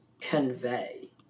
convey